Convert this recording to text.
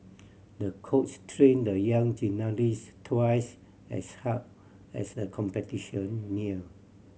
the coach trained the young gymnast twice as hard as the competition neared